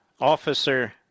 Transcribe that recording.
officer